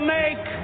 make